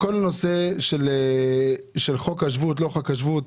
בכל נושא של חוק השבות, לא חוק השבות,